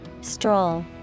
Stroll